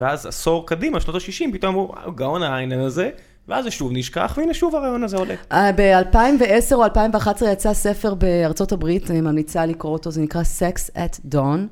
ואז עשור קדימה, שנות ה-60, פתאום הוא, וואו, גאון האיינשטיין הזה, ואז זה שוב נשכח, והנה שוב הרעיון הזה עולה. ב-2010 או 2011 יצא ספר בארה״ב, אני ממליצה לקרוא אותו, זה נקרא Sex at Dawn.